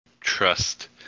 trust